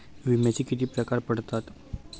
विम्याचे किती प्रकार पडतात?